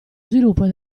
sviluppo